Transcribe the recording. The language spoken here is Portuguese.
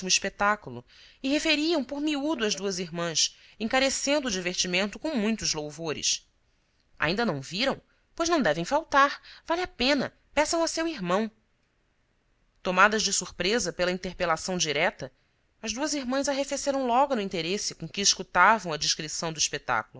espetáculo e referiam por miúdo às duas irmãs encarecendo o divertimento com muitos louvores ainda não viram pois não devem faltar vale a pena peçam a seu irmão tomadas de surpresa pela interpelação direta as duas irmãs arrefeceram logo no interesse com que escutavam a descrição do espetáculo